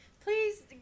Please